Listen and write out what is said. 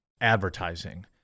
advertising